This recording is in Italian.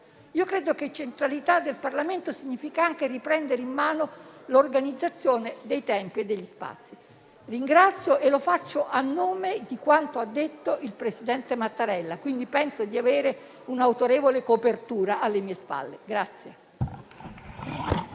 Io credo che centralità del Parlamento significhi anche riprendere in mano l'organizzazione dei tempi e degli spazi. Ringrazio e lo faccio nel solco di quanto ha detto il presidente Mattarella, quindi penso di avere un autorevole copertura alle mie spalle.